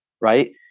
right